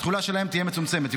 התחולה שלהם תהיה מצומצמת.